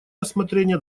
рассмотрения